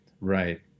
right